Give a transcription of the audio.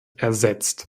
ersetzt